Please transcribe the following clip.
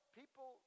people